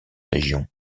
région